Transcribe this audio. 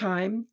Time